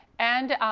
and